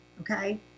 okay